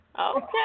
Okay